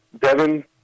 Devin